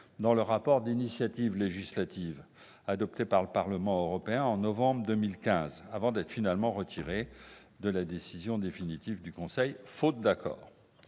dans le rapport d'initiative législative adopté par le Parlement européen au mois de novembre 2015, avant d'être finalement retirée de la décision définitive du Conseil, faute d'accord.